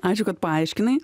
ačiū kad paaiškinai